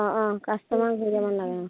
অঁ অঁ কাষ্টমাৰ ঘূৰি যাব নেলাগ অঁ